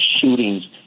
shootings